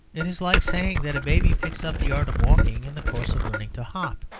it is like saying that a baby picks up the art of walking in the course of learning to hop,